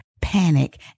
Panic